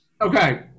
okay